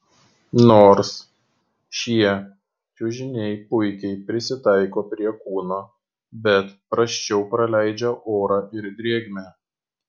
nors šie čiužiniai puikiai prisitaiko prie kūno bet prasčiau praleidžia orą ir drėgmę